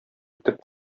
итеп